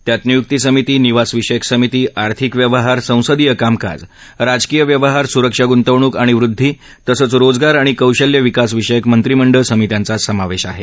त्यात नियुक्तीसमिती निवासविषयक समिती आर्थिक व्यवहार संसदीय कामकाज राजकीय व्यवहार स्रक्षा ग्ंतवणूक आणि वृद्धी तसंच रोजगार आणि कौशल्य विकास विषयक मंत्रीमंडळ समित्यांचा समावेश आहे